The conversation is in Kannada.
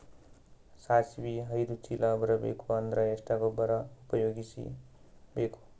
ಸಾಸಿವಿ ಐದು ಚೀಲ ಬರುಬೇಕ ಅಂದ್ರ ಎಷ್ಟ ಗೊಬ್ಬರ ಉಪಯೋಗಿಸಿ ಬೇಕು?